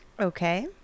Okay